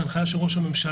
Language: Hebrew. זו הנחייה של ראש הממשלה.